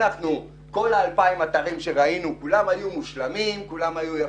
כל ה-2,000 אתרים שהם ראו היו מושלמים ויפים.